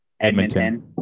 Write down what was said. Edmonton